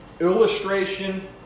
illustration